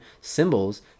symbols